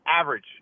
Average